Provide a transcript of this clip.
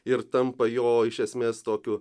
ir tampa jo iš esmės tokiu